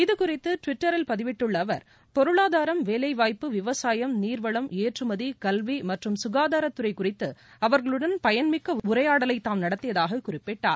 இதுகுறித்து ட்விட்டரில் பதிவிட்டுள்ள அவர் பொருளாதாரம் வேலைவாய்ப்பு விவசாயம் நீர்வளம் ஏற்றுமதி கல்வி மற்றும் ககாதாரத்துறை குறித்து அவர்களுடன் பயன்மிக்க உரையாடலை தாம் நடத்தியதாக குறிப்பிட்டுள்ளார்